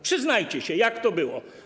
Przyznajcie się, jak to było.